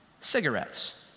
cigarettes